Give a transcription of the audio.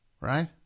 Right